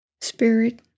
Spirit